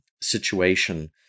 situation